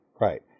right